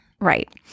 Right